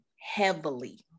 heavily